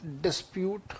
dispute